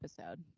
episode